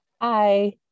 Hi